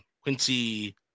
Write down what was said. Quincy